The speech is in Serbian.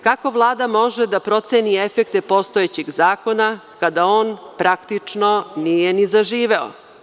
Kako Vlada može da proceni efekte postojećeg zakona kada on praktično nije ni zaživeo?